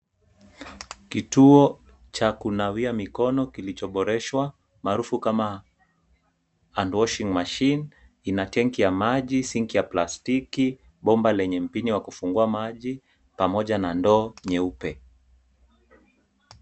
Kituo cha kunawia mikono kilichoboreshwa maarufu kama hand washing machine kina tenki ya maji, sinki ya plastiki, bomba lenye mpinyo wa kufungua maji pamoja na ndoo nyeupe.